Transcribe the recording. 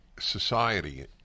society